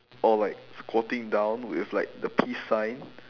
or like squatting down with like the peace sign